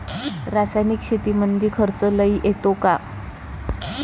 रासायनिक शेतीमंदी खर्च लई येतो का?